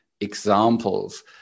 examples